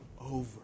Over